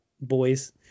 boys